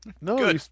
No